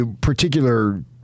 particular